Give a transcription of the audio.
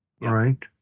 right